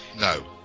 No